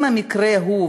אם המקרה הוא,